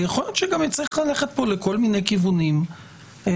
ויכול להיות גם שנצטרך ללכת פה לכל מיני כיוונים אחרים.